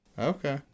Okay